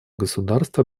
государств